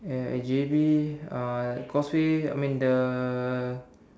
and at J_B uh causeway I mean the